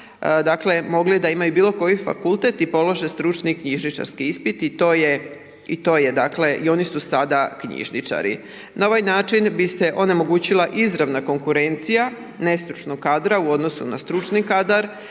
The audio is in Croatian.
dakle mogli da imaju bilo koji fakultet i položen stručni knjižničarski ispit i to je dakle i oni su sada knjižničari. Na ovaj način bi se onemogućila izravna konkurencija nestručnog kadra u odnosu na stručni kadar